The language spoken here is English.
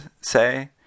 say